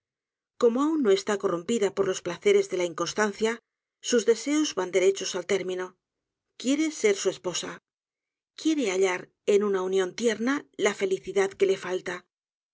como aun no está corrompida por los placeres de la inconstancia sus deseos van derechos al término quiere ser esposa quiere hallar en una unión tierna la felicidad que le falta